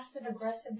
passive-aggressive